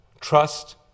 Trust